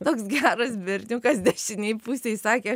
toks geras berniukas dešinėj pusėj sakė